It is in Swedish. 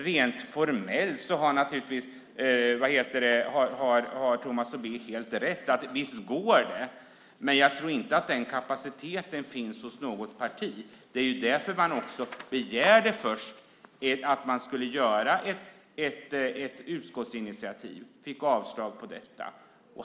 Rent formellt har naturligtvis Tomas Tobé helt rätt i att det går, men jag tror inte att den kapaciteten finns hos något parti. Det var därför man först begärde att man skulle göra ett utskottsinitiativ. Det fick man avslag på.